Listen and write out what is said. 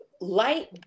light